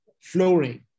flooring